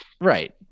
right